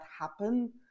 happen